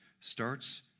starts